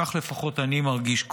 כך לפחות אני מרגיש,